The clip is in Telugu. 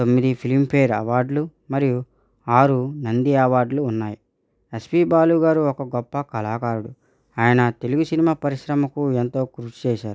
తొమ్మిది ఫిలింఫేర్ అవార్డులు మరియు ఆరు నంది అవార్డులు ఉన్నాయి ఎస్పి బాలు గారు ఒక గొప్ప కళాకారుడు ఆయన తెలుగు సినిమా పరిశ్రమకు ఎంతో కృషి చేసారు